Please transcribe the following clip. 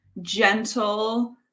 gentle